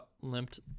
limped